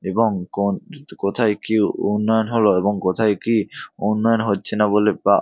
এবং কোন কোথায় কী উন্নয়ন হলো এবং কোথায় কী উন্নয়ন হচ্ছে না বলে বা